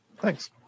thanks